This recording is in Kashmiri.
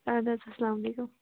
اَدٕ حظ اسلام علیکُم